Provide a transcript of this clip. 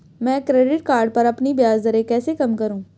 मैं credit card पर अपनी ब्याज दरें कैसे कम करूँ?